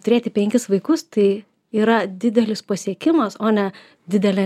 turėti penkis vaikus tai yra didelis pasiekimas o ne didelė